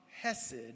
hesed